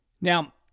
Now